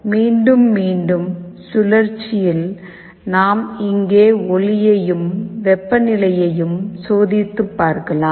மீண்டும் மீண்டும் சுழற்சியில் நாம் இங்கே ஒளியையும் வெப்பநிலையையும் சோதித்துப் பார்க்கலாம்